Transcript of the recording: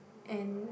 and